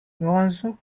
lorenzo